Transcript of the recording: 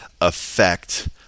affect